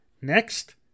Next